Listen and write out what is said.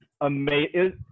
amazing